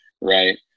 right